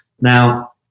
Now